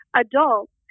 adults